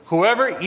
Whoever